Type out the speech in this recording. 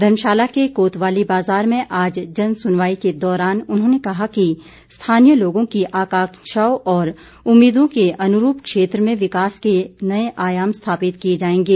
धर्मशाला के कोतवाली बाज़ार में आज जन सुनवाई के दौरान उन्होंने कहा कि स्थानीय लोगों की आकांक्षाओं और उम्मीदों के अनुरूप क्षेत्र में विकास के नए आयाम स्थापित किए जाएंगे